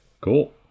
Cool